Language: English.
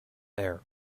air